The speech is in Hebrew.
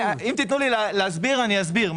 אם תתנו לי להסביר, אני אסביר.